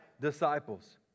disciples